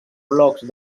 blocs